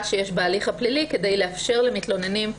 שיש בהליך הפלילי כדי לאפשר למתלוננים להעיד.